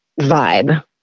vibe